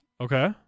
Okay